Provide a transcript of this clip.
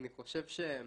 אני חושב שהאנשים